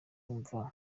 urumva